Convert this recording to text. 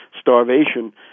starvation